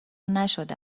نشده